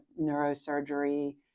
neurosurgery